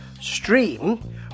stream